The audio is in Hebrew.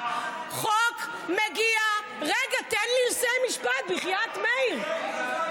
תן לי לסיים משפט, בחייאת מאיר.